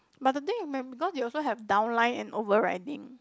but the thing because you also have down line and over riding